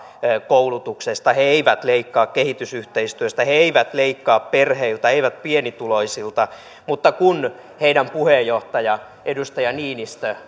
koulutuksesta he eivät leikkaa kehitysyhteistyöstä he eivät leikkaa perheiltä eivät pienituloisilta mutta kun heidän puheenjohtajansa edustaja niinistö